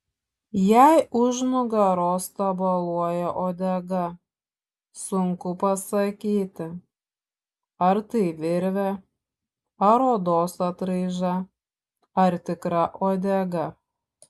jai už nugaros tabaluoja uodega sunku pasakyti ar tai virvė ar odos atraiža ar tikra uodega